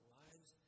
lives